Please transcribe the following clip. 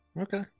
Okay